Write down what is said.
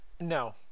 No